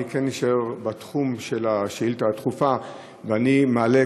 אני כן אשאר בתחום של השאלה הדחופה ואני מעלה